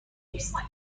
نیست